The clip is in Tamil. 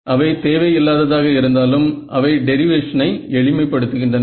அவை தேவையில்லாததாக இருந்தாலும் அவை டெரிவேஷனை எளிமை படுத்துகின்றன